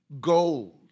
gold